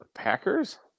Packers